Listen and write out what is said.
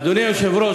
אדוני היושב-ראש,